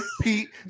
Pete